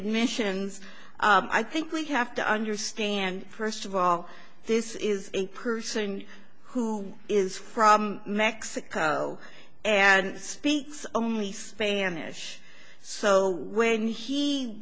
mentions i think we have to understand first of all this is a person who is from mexico and speaks only spanish so when he